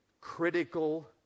Critical